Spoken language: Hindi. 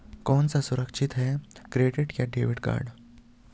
कौन सा सुरक्षित है क्रेडिट या डेबिट कार्ड?